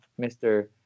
Mr